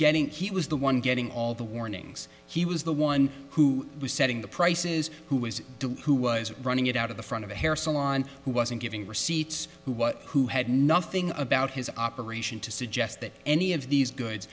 getting he was the one getting all the warnings he was the one who was setting the prices who was who was running it out of the front of a hair salon who wasn't giving receipts who what who had nothing about his operation to suggest that any of these good